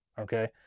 Okay